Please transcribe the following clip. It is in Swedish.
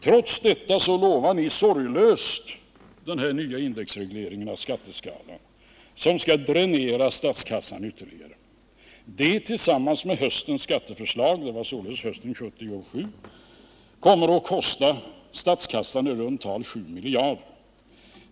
—--- Trots detta lovar ni sorglöst den här indexregleringen av skatteskalan som dränerar statskassan ytterligare. Den tillsammans med höstens skatteförslag kommer att dränera statskassan med i runt tal 7 miljarder.